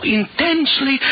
intensely